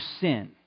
sin